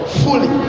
fully